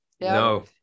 No